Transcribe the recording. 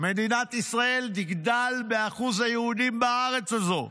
מדינת ישראל תגדל באחוז היהודים בארץ הזאת,